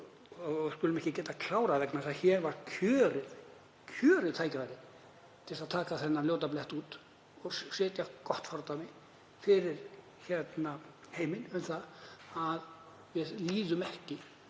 við skulum ekki geta klárað það. Hér var kjörið tækifæri til að taka þennan ljóta blett út og setja gott fordæmi fyrir heiminn um að við líðum ekki